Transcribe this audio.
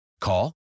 Call